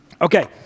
Okay